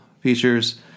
features